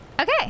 Okay